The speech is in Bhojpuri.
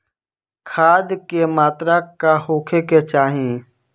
खाध के मात्रा का होखे के चाही?